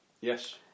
Yes